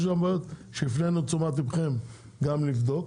יש בעיות שהפננו את תשומת לבבכם גם לבדוק,